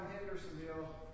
Hendersonville